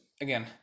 again